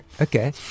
Okay